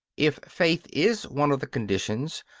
if faith is one of the conditions,